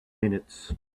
minutes